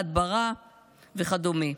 הדברה וכדומה.